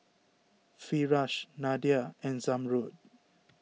Firash Nadia and Zamrud